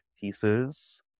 pieces